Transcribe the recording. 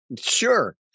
sure